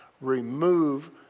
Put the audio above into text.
remove